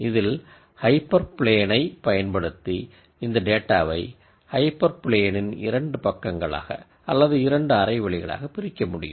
இதில் ஹைப்பர் பிளேனை பயன்படுத்தி இந்த டேட்டாவை ஹைப்பர் பிளேனின் இரண்டு பக்கங்களாக அல்லது இரண்டு ஹாஃப் ஸ்பேஸ்களாக பிரிக்கமுடியும்